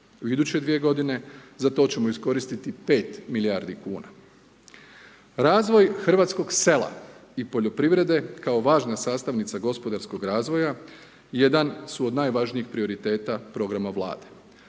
U iduće dvije godine za to ćemo iskoristiti 5 milijardi kuna. Razvoj hrvatskog sela i poljoprivrede kao važna sastavnica gospodarskog razvoja jedan su od najvažnijih prioriteta programa vlade.